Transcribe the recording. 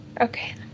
okay